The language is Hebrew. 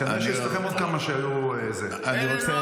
אז כנראה שיש אצלכם עוד כמה שהיו --- אלה לא על פי חוק,